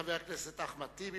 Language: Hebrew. חבר הכנסת אחמד טיבי,